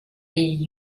les